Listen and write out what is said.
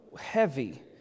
heavy